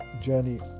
journey